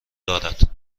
دارد